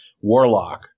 Warlock